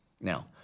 Now